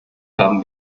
haben